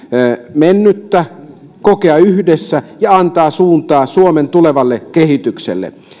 mennyttä kokea yhdessä ja antaa suuntaa suomen tulevalle kehitykselle